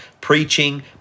preaching